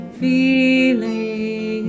feeling